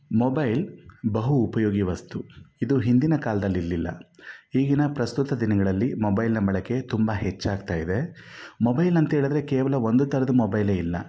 mobile ಬಹು ಉಪಯೋಗಿ ವಸ್ತು ಇದು ಹಿಂದಿನ ಕಾಲದಲ್ಲಿ ಇರಲಿಲ್ಲ ಈಗಿನ ಪ್ರಸ್ತುತ ದಿನಗಳಲ್ಲಿ ಮೊಬೈಲ್ನ ಬಳಕೆ ತುಂಬಾ ಹೆಚ್ಚಾಗ್ತಾಯಿವೆ ಮೊಬೈಲ್ ಅಂಥೇಳಿದರೆ ಕೇವಲ ಒಂದು ತರಹದ ಮೊಬೈಲೇ ಇಲ್ಲ